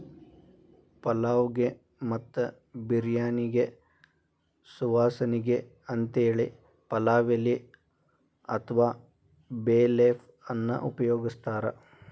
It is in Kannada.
ಪಲಾವ್ ಗೆ ಮತ್ತ ಬಿರ್ಯಾನಿಗೆ ಸುವಾಸನಿಗೆ ಅಂತೇಳಿ ಪಲಾವ್ ಎಲಿ ಅತ್ವಾ ಬೇ ಲೇಫ್ ಅನ್ನ ಉಪಯೋಗಸ್ತಾರ